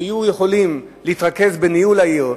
שיהיו יכולים להתרכז בניהול העיר,